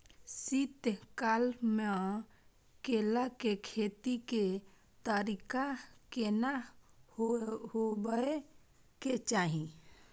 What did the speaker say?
शीत काल म केला के खेती के तरीका केना होबय के चाही?